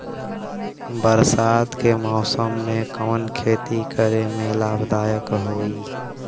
बरसात के मौसम में कवन खेती करे में लाभदायक होयी?